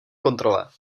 kontrole